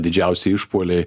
didžiausi išpuoliai